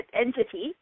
entity